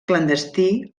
clandestí